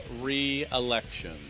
re-election